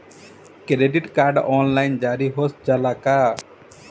Credit card online जारी हो जाला का?